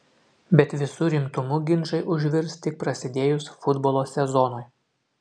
bet visu rimtumu ginčai užvirs tik prasidėjus futbolo sezonui